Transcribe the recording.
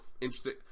interesting